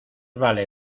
vale